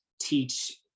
teach